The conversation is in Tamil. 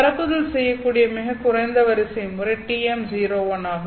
பரப்புதல் செய்யக்கூடிய மிகக் குறைந்த வரிசை முறை TM01 ஆகும்